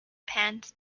pants